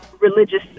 religious